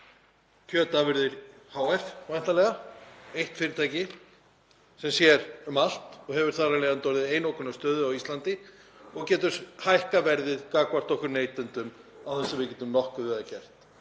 Kjötafurðir hf., væntanlega, eitt fyrirtæki sem sér um allt og hefur þar af leiðandi einokunarstöðu á Íslandi og getur hækkað verðið gagnvart okkur neytendum án þess að við getum nokkuð gert.